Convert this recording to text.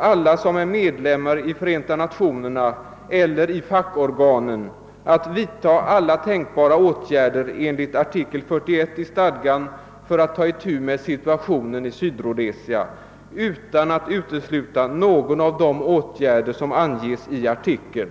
»alla som är medlemmar i Förenta Nationerna eller i fackorganen att vidta alla tänkbara åtgärder enligt artikel 41 i stadgan för att ta itu med situationen i Sydrhodesia, utan att utesluta någon av de åtgärder som anges i artikeln;».